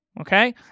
okay